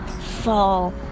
fall